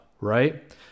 right